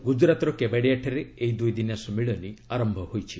ଗୁକୁରାତ୍ର କେବାଡ଼ିଆଠାରେ ଏହି ଦୁଇଦିନିଆ ସମ୍ମିଳନୀ ଆରମ୍ଭ ହୋଇଛି